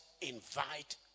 invite